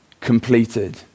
completed